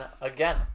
again